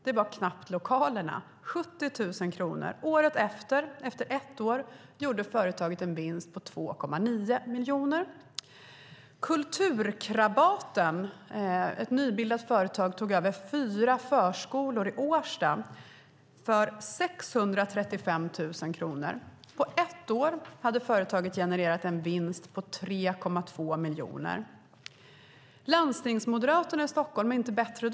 Det täckte knappt lokalerna. Året efter, efter ett år, gjorde företaget en vinst på 2,9 miljoner. Kulturkrabaten, ett nybildat företag, tog över fyra förskolor i Årsta för 635 000 kronor. På ett år hade företaget genererat en vinst på 3,2 miljoner. Landstingsmoderaterna i Stockholm är inte bättre de.